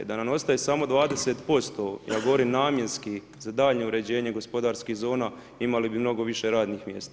Da nam ostaje samo 20%, ja govorim namjenski za daljnje uređenje gospodarskih zona imali bi mnogo više radnih mjesta.